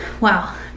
wow